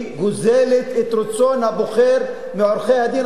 היא גוזלת את רצון הבוחר מעורכי-הדין,